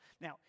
Now